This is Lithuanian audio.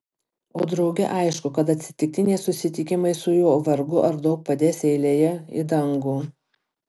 o drauge aišku kad atsitiktiniai susitikimai su juo vargu ar daug padės eilėje į dangų